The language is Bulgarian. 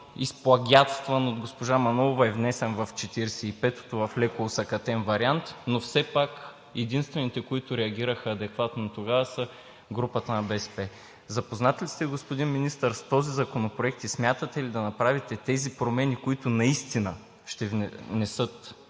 изплагиатстван от госпожа Манолова и внесен в 45-ото народно събрание в леко осакатен вариант, но все пак единствените, които реагираха адекватно тогава, са групата на БСП. Господин Министър, запознат ли сте с този законопроект и смятате ли да направите тези промени, които наистина ще внесат